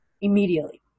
immediately